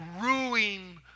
ruining